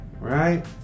right